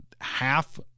half